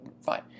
fine